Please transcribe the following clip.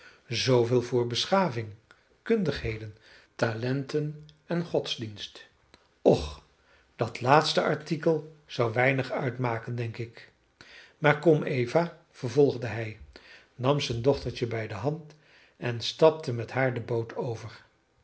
zooveel voor beschaving kundigheden talenten en godsdienst och dat laatste artikel zou weinig uitmaken denk ik maar kom eva vervolgde hij nam zijn dochtertje bij de hand en stapte met haar de boot over